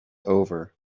over